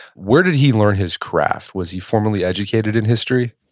where did he learn his craft? was he formally educated in history?